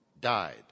died